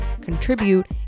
contribute